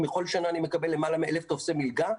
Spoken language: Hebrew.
בגלל שבכל שנה אני מקבל למעלה מ- 1,000 טפסי מלגה.